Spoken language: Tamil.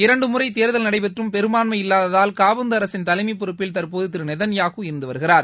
இரண்டு முறை தேர்தல் நடைபெற்றும் பெரும்பான்மை இல்லாததால் காபந்து அரசின் தலைமை பொறுப்பில் தற்போது திரு நேதன்யாகு இருந்து வருகிறார்